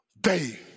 day